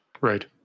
right